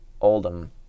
Oldham